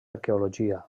arqueologia